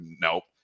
nope